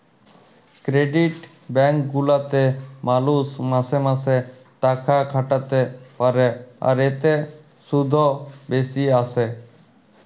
credit bank গুলাতে মালুষ মাসে মাসে তাকাখাটাতে পারে, আর এতে শুধ ও বেশি আসে